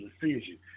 decision